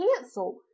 canceled